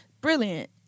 Brilliant